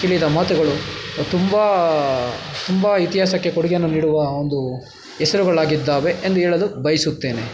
ಕೇಳಿದ ಮಾತುಗಳು ತುಂಬ ತುಂಬ ಇತಿಹಾಸಕ್ಕೆ ಕೊಡುಗೆಯನ್ನು ನೀಡುವ ಒಂದು ಹೆಸರುಗಳಾಗಿದ್ದಾವೆ ಎಂದು ಹೇಳಲು ಬಯಸುತ್ತೇನೆ